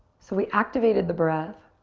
so we activated the breath.